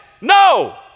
no